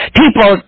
people